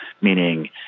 meaning